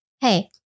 Hey